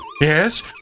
Yes